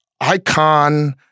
icon